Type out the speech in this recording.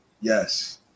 Yes